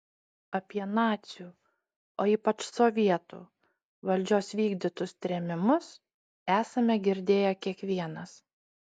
apie nacių o ypač sovietų valdžios vykdytus trėmimus esame girdėję kiekvienas